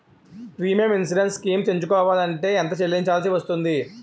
Premium insurance schemes ఎంచుకోవలంటే ఎంత చల్లించాల్సివస్తుంది??